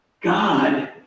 God